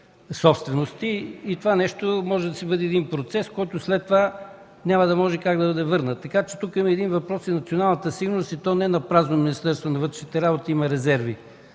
собствености. Това може да бъде един процес, който няма да може да се върне. Така че тук има един въпрос и за националната сигурност. Не напразно Министерството на вътрешните работи има резерви